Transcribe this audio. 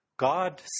God